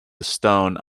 stone